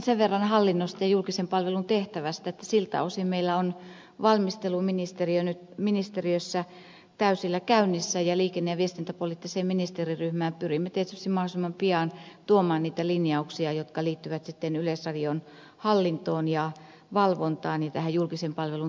sen verran hallinnosta ja julkisen palvelun tehtävästä että siltä osin meillä on valmistelu ministeriössä täysillä käynnissä ja liikenne ja viestintäpoliittiseen ministeriryhmään pyrimme tietysti mahdollisimman pian tuomaan niitä linjauksia jotka liittyvät yleisradion hallintoon ja valvontaan ja julkisen palvelun tehtävään